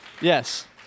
Yes